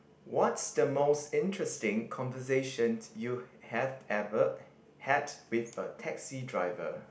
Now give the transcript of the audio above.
what's the most interesting conversation you have ever had with a taxi driver